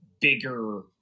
bigger